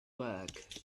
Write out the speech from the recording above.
work